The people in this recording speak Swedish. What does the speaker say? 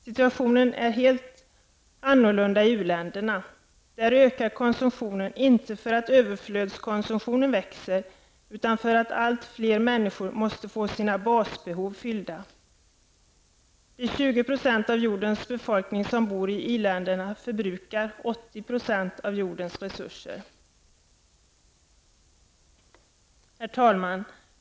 Situationen är helt annorlunda i u-länderna. Där ökar konsumtionen inte därför att överflödskonsumtionen växer utan därför att allt fler människor måste få sina basbehov fyllda. De 20 % av jordens befolkning som bor i i-länderna förbrukar 80 % av jordens resurser. Herr talman!